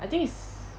I think is